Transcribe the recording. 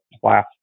plastic